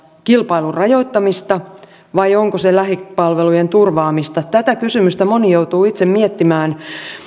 kilpailun rajoittamista vai onko se lähipalvelujen turvaamista tätä kysymystä moni joutuu itse miettimään